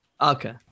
Okay